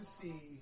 see